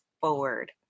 forward